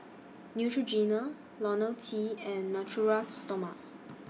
Neutrogena Ionil T and Natura Stoma